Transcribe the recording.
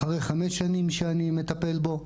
אחרי חמש שנים שאני מטפל בו.